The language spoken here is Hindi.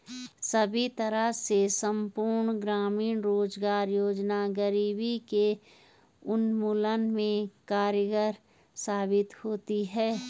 सभी तरह से संपूर्ण ग्रामीण रोजगार योजना गरीबी के उन्मूलन में कारगर साबित होती है